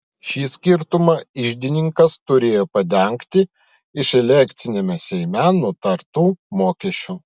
šį skirtumą iždininkas turėjo padengti iš elekciniame seime nutartų mokesčių